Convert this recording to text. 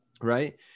right